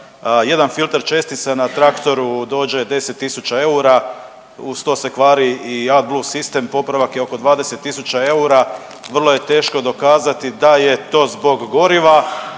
jedan filter čestice na traktoru dođe 10 000 eura. Uz to se kvari i A blue sistem. Popravak je oko 20 000 eura. Vrlo je teško dokazati da je to zbog goriva,